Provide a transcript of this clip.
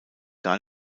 gar